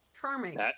Charming